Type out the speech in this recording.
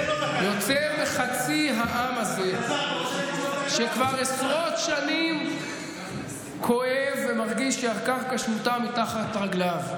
יותר מחצי העם הזה כבר עשרות שנים כואב ומרגיש שהקרקע שמוטה מתחת רגליו,